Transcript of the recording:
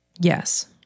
yes